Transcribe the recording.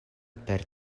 per